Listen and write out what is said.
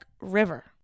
River